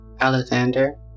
Alexander